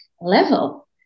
level